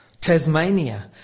Tasmania